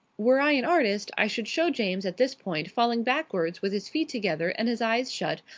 were i an artist, i should show james at this point falling backwards with his feet together and his eyes shut,